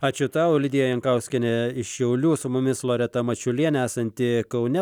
ačiū tau lidija jankauskienė iš šiaulių su mumis loreta mačiulienė esanti kaune